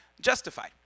justified